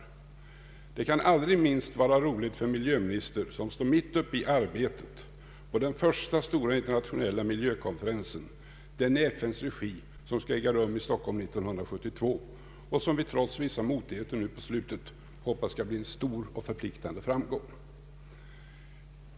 Detta kan allra minst vara trevligt för en miljöminister som står mitt uppe i arbetet med den första stora internationella miljövårdskonferensen i FN:s regi, som skall äga rum i Stockholm 1972 och som vi, trots vissa motigheter nu på slutet, hoppas skall bli en stor och förpliktande framgång.